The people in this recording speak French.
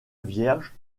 vierge